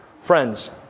Friends